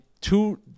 Two